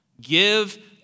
give